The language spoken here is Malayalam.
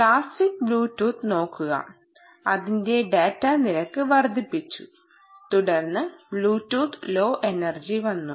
ക്ലാസിക് ബ്ലൂടൂത്ത് നോക്കുക അതിന്റെ ഡാറ്റ നിരക്ക് വർദ്ധിപ്പിച്ചു തുടർന്ന് ബ്ലൂടൂത്ത് ലോ എനർജി വന്നു